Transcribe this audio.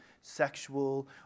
sexual